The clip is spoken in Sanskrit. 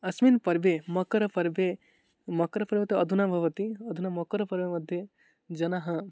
अस्मिन् पर्वणि मकरपर्वणि मकरपर्वतः अधुना भवति अधुना मकरपर्वमध्ये जनाः